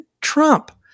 Trump